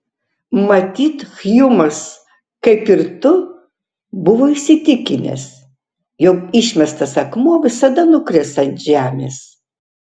matyt hjumas kaip ir tu buvo įsitikinęs jog išmestas akmuo visada nukris ant žemės